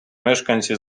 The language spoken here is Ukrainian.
мешканці